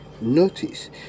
Notice